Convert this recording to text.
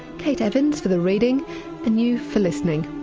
kate evans for the reading and you for listening.